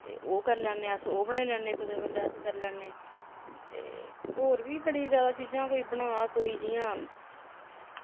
ते ओह् करी लैन्ने अस ओह् बनाई लैन्ने कुदै बेल्लै अस करी लैन्ने ते होर बी बड़ी ज्यादा चीजां कोई बना कोई जियां